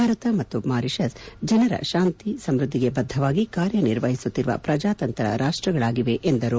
ಭಾರತ ಮತ್ತು ಮಾರಿಪಸ್ ಜನರ ಶಾಂತಿ ಸಮೃದ್ದಿಗೆ ಬದ್ದವಾಗಿ ಕಾರ್ಯನಿರ್ವಹಿಸುತ್ತಿರುವ ಪ್ರಜಾತಂತ್ರ ರಾಷ್ಟಗಳಾಗಿವೆ ಎಂದರು